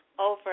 Over